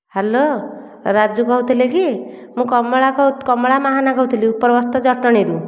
hello Raju କହୁଥିଲେ କି ମୁଁ କମଳା କମଳା ମାହାନା କହୁଥିଲି ଉପରବସ୍ତ ଜଟଣୀରୁ